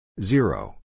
Zero